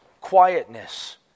quietness